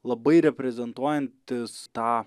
labai reprezentuojantis tą